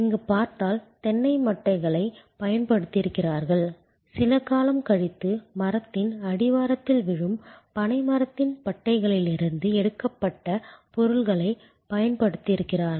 இங்கு பார்த்தால் தென்னை மட்டைகளைப் பயன்படுத்தியிருக்கிறார்கள் சில காலம் கழித்து மரத்தின் அடிவாரத்தில் விழும் பனை மரத்தின் பட்டைகளிலிருந்து எடுக்கப்பட்ட பொருட்களைப் பயன்படுத்தியிருக்கிறார்கள்